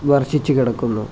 വർഷിച്ചു കിടക്കുന്നു